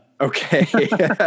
Okay